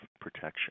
protection